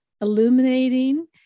illuminating